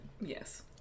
Yes